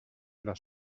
les